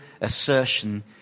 assertion